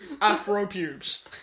Afro-pubes